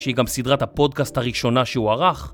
שהיא גם סדרת הפודקאסט הראשונה שהוא ערך.